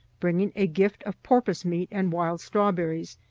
bringing a gift of porpoise meat and wild strawberries,